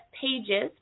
pages